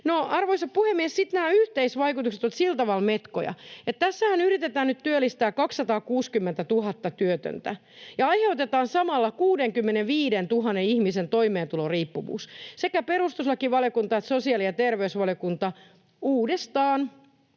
Arvoisa puhemies! Sitten nämä yhteisvaikutukset ovat sillä tavalla metkoja, että tässähän yritetään nyt työllistää 260 000 työtöntä ja aiheutetaan samalla 65 000 ihmisen toimeentuloriippuvuus. Sekä perustuslakivaliokunta että sosiaali- ja terveysvaliokunta uudestaan,